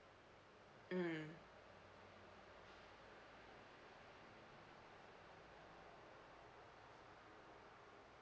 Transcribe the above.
um